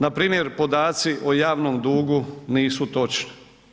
Npr. podaci o javnom dugu nisu točni.